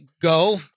go